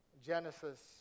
Genesis